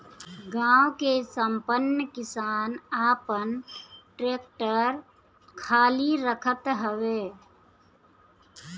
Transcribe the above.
गांव के संपन्न किसान आपन टेक्टर टाली रखत हवे